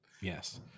Yes